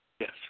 Yes